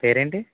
పేరు ఏంటి